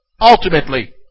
Ultimately